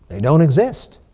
don't exist.